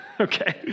okay